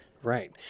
Right